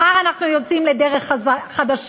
מחר אנחנו יוצאים לדרך חדשה,